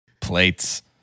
plates